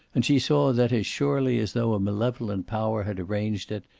and she saw that, as surely as though a malevolent power had arranged it,